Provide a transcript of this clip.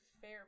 fair